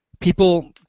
people